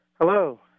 Hello